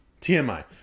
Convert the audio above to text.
TMI